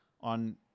on